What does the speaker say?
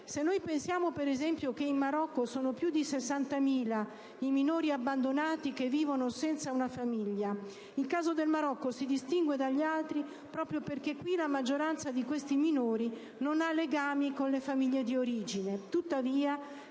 Pensiamo ad esempio che in Marocco sono più di 60.000 i minori abbandonati che vivono senza una famiglia. Il caso del Marocco si distingue dagli altri proprio perché nella maggioranza dei casi questi minori non hanno legami con le famiglie di origine,